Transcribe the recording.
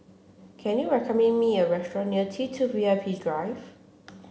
can you recommend me a restaurant near T Two V I P Drive